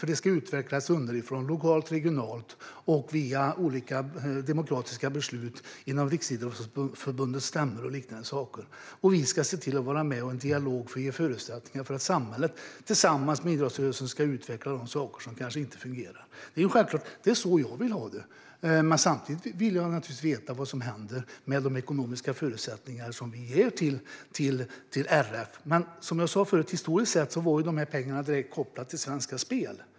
Den ska nämligen utvecklas underifrån, lokalt och regionalt, via olika demokratiska beslut inom Riksidrottsförbundets stämmor och liknande. Och vi ska vara med i en dialog för att ge förutsättningar för samhället och idrottsrörelsen att tillsammans utveckla de saker som inte fungerar. Det är självklart, och det är så jag vill ha det. Samtidigt vill jag naturligtvis veta vad som händer med de ekonomiska förutsättningar som vi ger RF. Men pengarna var som sagt historiskt sett direkt kopplade till Svenska Spel.